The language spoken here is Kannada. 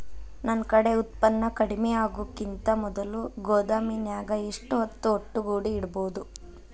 ನನ್ ಕಡೆ ಉತ್ಪನ್ನ ಕಡಿಮಿ ಆಗುಕಿಂತ ಮೊದಲ ಗೋದಾಮಿನ್ಯಾಗ ಎಷ್ಟ ಹೊತ್ತ ಒಟ್ಟುಗೂಡಿ ಇಡ್ಬೋದು?